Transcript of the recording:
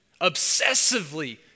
obsessively